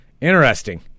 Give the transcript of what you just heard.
Interesting